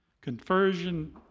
Conversion